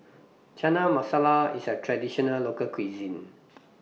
Chana Masala IS A Traditional Local Cuisine